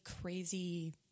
crazy